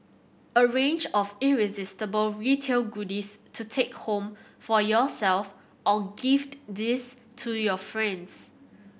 a range of irresistible retail goodies to take home for yourself or gift these to your friends